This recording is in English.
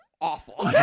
awful